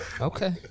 Okay